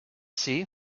see